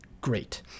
Great